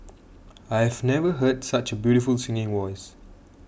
I've never heard such a beautiful singing voice